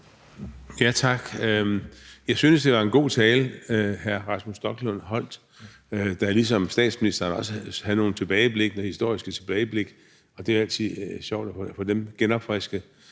Tak. Jeg synes, det var en god tale, som hr. Rasmus Stoklund holdt, og som ligesom statsministerens tale også indeholdt nogle historiske tilbageblik. Det er altid sjovt at få dem genopfrisket.